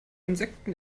insekten